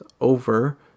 over